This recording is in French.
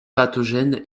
pathogène